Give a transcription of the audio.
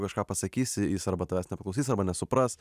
kažką pasakysi jis arba tavęs nepaklausys arba nesupras